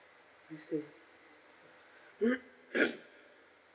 I see